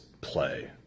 play